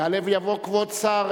יעלה ויבוא כבוד שר